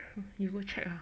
you go check ah